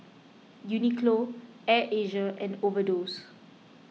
Uniqlo Air Asia and Overdose